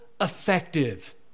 effective